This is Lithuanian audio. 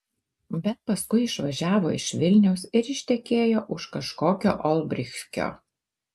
bet paskui išvažiavo iš vilniaus ir ištekėjo už kažkokio olbrychskio